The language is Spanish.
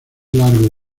largo